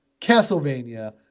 Castlevania